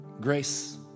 grace